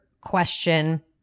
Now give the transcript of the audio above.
question